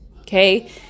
Okay